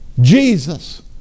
Jesus